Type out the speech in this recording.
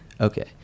Okay